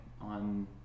on